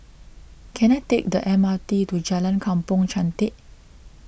can I take the M R T to Jalan Kampong Chantek